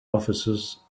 officers